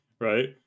Right